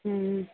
ह्म्म